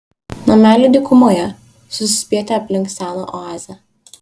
nameliai dykumoje susispietę aplink seną oazę